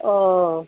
ও